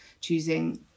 choosing